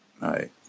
right